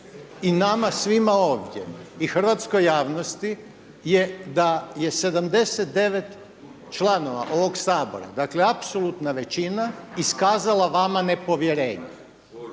i nama svima ovdje i hrvatskoj javnosti je da je 79 članova ovog Sabora, dakle apsolutna većina iskazala vama nepovjerenje.